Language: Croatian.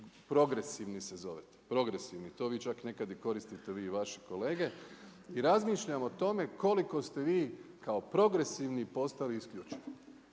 progresivni se zovete, progresivni, to vi čak nekad i koristite vi i vaši kolege, razmišljam o tome koliko ste vi kao progresivni postali isključivi.